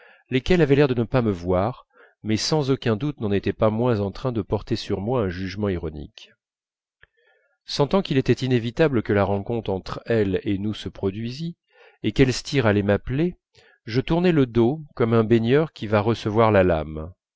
lesquelles avaient l'air de ne pas me voir mais sans aucun doute n'en étaient pas moins en train de porter sur moi un jugement ironique sentant qu'il était inévitable que la rencontre entre elles et nous se produisît et qu'elstir allait m'appeler je tournai le dos comme un baigneur qui va recevoir la lame